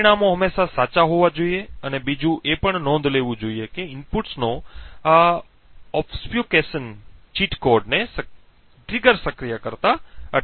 પરિણામો હંમેશાં સાચા હોવા જોઈએ અને બીજું એ પણ નોંધ લેવું જોઈએ કે ઇનપુટ્સનો આ અવ્યવસ્થિતતા ચીટ કોડને ટ્રિગર સક્રિય કરતા અટકાવશે